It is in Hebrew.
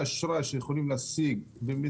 לדוגמה, אשראי לשם חיבור בתים